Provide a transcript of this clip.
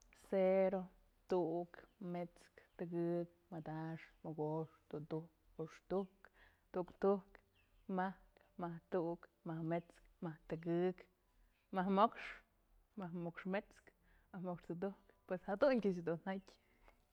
Cero, tu'uk, mets'kë, tëgëk, madaxkë, mogoxkë, tudujkë, juxtujkë, tuktujk, majkë, majk tu'uk, majk mets'kë, majk mets'kë tëgëk, majk mo'ox, majk mo'ox mets'kë, majk mo'ox tudujkë, pues jaduntyë dun jatyë.